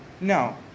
no